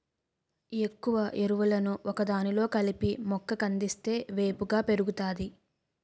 ఎక్కువ ఎరువులను ఒకదానిలో కలిపి మొక్క కందిస్తే వేపుగా పెరుగుతాది